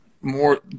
more